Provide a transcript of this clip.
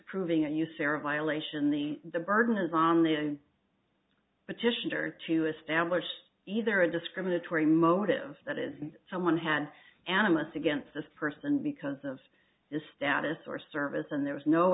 proving a usera violation the the burden is on the petitioner to establish either a discriminatory motive that is and someone had animists against this person because of his status or service and there was no